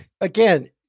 again